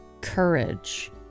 courage